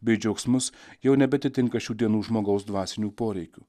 bei džiaugsmus jau nebeatitinka šių dienų žmogaus dvasinių poreikių